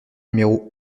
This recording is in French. numéro